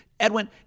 Edwin